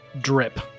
Drip